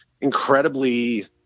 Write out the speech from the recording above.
incredibly